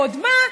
ועוד מה,